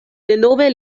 denove